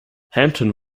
hampden